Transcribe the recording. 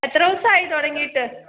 എത്ര ദിവസമായി തുടങ്ങിയിട്ട്